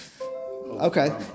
Okay